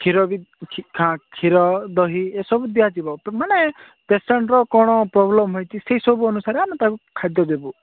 କ୍ଷୀର ବି କ୍ଷୀର ଦହି ଏସବୁ ଦିଆଯିବ ମାନେ ପେସେଣ୍ଟ୍ର କ'ଣ ପ୍ରୋବ୍ଲେମ୍ ହୋଇଛି ସେଇ ସବୁ ଅନୁସାରେ ଆମେ ତାକୁ ଖାଦ୍ୟ ଦେବୁ